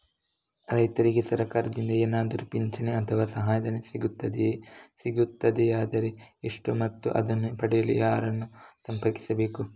ರೈತರಿಗೆ ಸರಕಾರದಿಂದ ಏನಾದರೂ ಪಿಂಚಣಿ ಅಥವಾ ಸಹಾಯಧನ ಸಿಗುತ್ತದೆಯೇ, ಸಿಗುತ್ತದೆಯಾದರೆ ಎಷ್ಟು ಮತ್ತು ಅದನ್ನು ಪಡೆಯಲು ಯಾರನ್ನು ಸಂಪರ್ಕಿಸಬೇಕು?